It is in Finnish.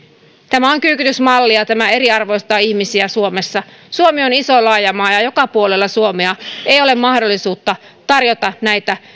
tämä on kyykytysmalli ja ja tämä eriarvoistaa ihmisiä suomessa suomi on iso laaja maa ja ja joka puolella suomea ei ole mahdollisuutta tarjota näitä